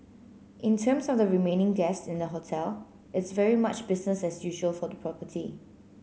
in terms of the remaining guests in the hotel it's very much business as usual for the property